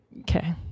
Okay